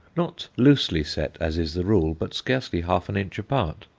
not loosely set, as is the rule, but scarcely half an inch apart.